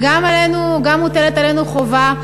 וגם מוטלת עלינו חובה,